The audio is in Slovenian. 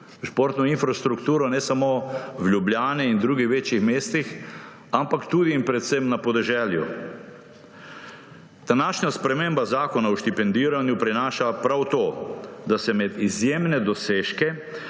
športno infrastrukturo ne samo v Ljubljani in drugih večjih mestih, ampak tudi in predvsem na podeželju. Današnja sprememba Zakona o štipendiranju prinaša prav to – da se med izjemne dosežke,